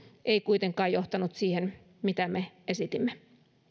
ei kuitenkaan johtanut siihen mitä me esitimme